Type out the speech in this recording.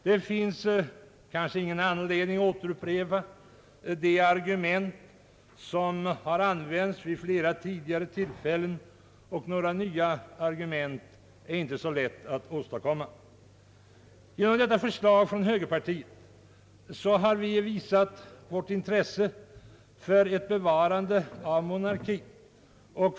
Det finns inget behov att upprepa de argument som anförts vid flera tidigare tillfällen, och några nya argument är det inte så lätt att åstadkomma. Genom detta förslag från högerpartiets sida har vi visat vårt intresse för bevarandet av monarkien.